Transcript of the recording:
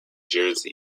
jersey